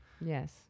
Yes